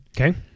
Okay